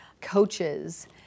coaches